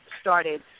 Started